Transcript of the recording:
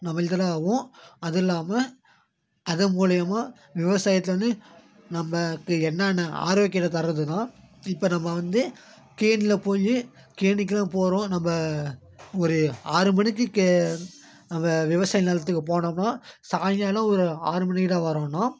நம்ம இதெல்லாம் அது இல்லாமல் அத மூலிமா விவசாயத்தில் வந்து நமக்கு என்னான்னா ஆரோக்கியத்தை தரத்துனால் இப்போ நம்ம வந்து கேணியில் போய் கேணிக்குலாம் போகிறோம் நம்ம ஒரு ஆறு மணிக்கு கே நம்ம விவசாயம் நிலத்துக்கு போனோம்னா சாயங்காலம் ஒரு ஆறு மணிக்கு தான் வரணும்